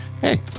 hey